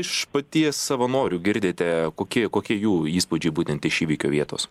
iš paties savanorių girdite kokie kokie jų įspūdžiai būtent iš įvykio vietos